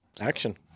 Action